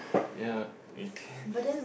ya we can